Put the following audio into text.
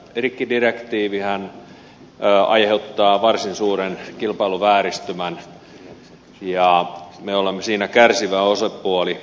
rikkidirektiivihän aiheuttaa varsin suuren kilpailuvääristymän ja me olemme siinä kärsivä osapuoli